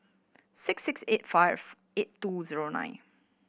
six six eight five eight two zero nine